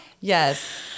yes